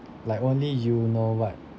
like only you know what